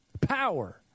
Power